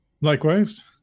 Likewise